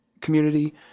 community